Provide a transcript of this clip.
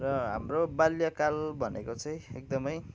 र हाम्रो बाल्यकाल भनेको चाहिँ एकदमै